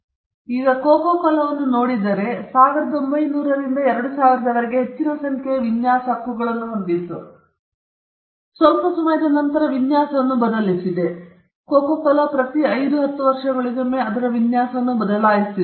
speaker 2 ನೀವು coca ಕೋಲಾವನ್ನು ನೋಡಿದರೆ ಇದು 1900 ರಿಂದ 2000 ರವರೆಗೆ ಹೆಚ್ಚಿನ ಸಂಖ್ಯೆಯ ವಿನ್ಯಾಸ ಹಕ್ಕುಗಳನ್ನು ಹೊಂದಿದೆ ಇದು ಸ್ವಲ್ಪ ಸಮಯದವರೆಗೆ ವಿನ್ಯಾಸವನ್ನು ಬದಲಿಸಿದೆ ಕೊಕೊ ಕೋಲಾ ಪ್ರತಿ 510 ವರ್ಷಗಳಿಗೊಮ್ಮೆ ಅದರ ವಿನ್ಯಾಸವನ್ನು ಬದಲಾಯಿಸಿದೆ